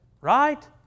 Right